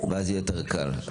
ואז יהיה יותר קל.